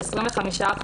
25%,